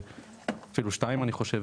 אפילו שתיים אני חושב,